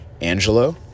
Angelo